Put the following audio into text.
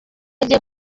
agiye